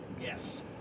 Yes